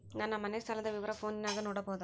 ನನ್ನ ಮನೆ ಸಾಲದ ವಿವರ ಫೋನಿನಾಗ ನೋಡಬೊದ?